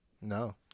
No